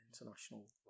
international